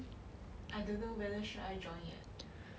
I don't know whether should I join yet